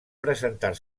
presentar